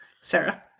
Sarah